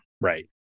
Right